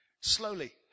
Slowly